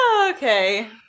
Okay